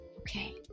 okay